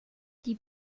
die